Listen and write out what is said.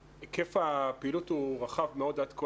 היקף הפעילות הוא רחב מאוד עד כה,